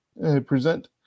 present